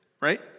Right